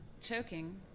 Choking